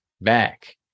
back